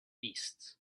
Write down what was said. beasts